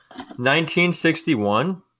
1961